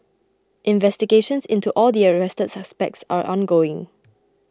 investigations into all the arrested suspects are ongoing